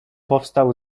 powstał